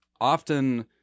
often